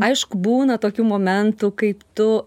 aišku būna tokių momentų kai tu